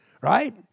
right